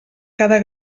cada